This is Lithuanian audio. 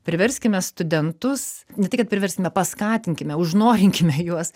priverskime studentus ne tai kad priverskime paskatinkime užnorinkime juos